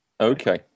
Okay